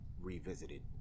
revisited